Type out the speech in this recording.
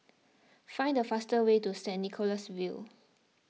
find the fastest way to Saint Nicholas View